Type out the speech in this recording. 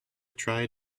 tried